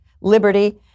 liberty